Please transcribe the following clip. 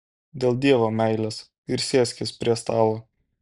dėl dievo meilės ir sėskis prie stalo